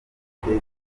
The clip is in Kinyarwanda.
bafite